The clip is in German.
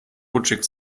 rutschig